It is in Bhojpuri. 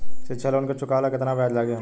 शिक्षा लोन के चुकावेला केतना ब्याज लागि हमरा?